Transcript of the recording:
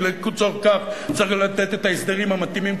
כי לצורך כך צריך לתת את ההסדרים המתאימים,